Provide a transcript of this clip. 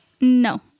No